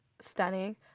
Stunning